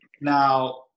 now